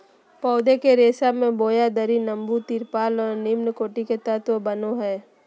पौधे के रेशा से बोरा, दरी, तम्बू, तिरपाल और निम्नकोटि के तत्व बनो हइ